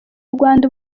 rwanda